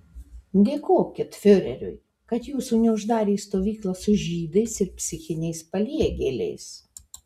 dėkokit fiureriui kad jūsų neuždarė į stovyklą su žydais ir psichiniais paliegėliais